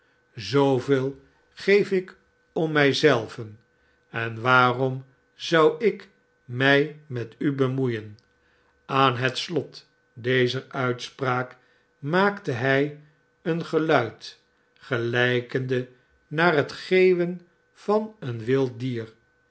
zooveel geef ik om mij zelven en waarom zou ik mij met u bemoeien aan het slot dezer uitspraak maakte hij een geluid gelijkende naar het geeuwen van een wild dier